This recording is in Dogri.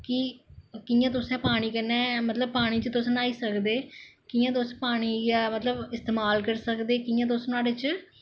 कि कि'यां तुस मतलब पानी च न्हाई सकदे कि'यां तुस पानी इस्तेमाल करी सकदे कि'यां तुस न्हाड़े च